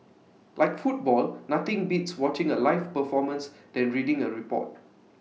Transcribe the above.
like football nothing beats watching A live performance than reading A report